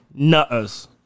Nutters